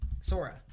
Sora